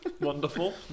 Wonderful